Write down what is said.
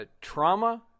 trauma